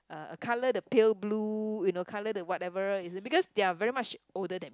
uh colour the pale blue you know colour the whatever is because they are very much older than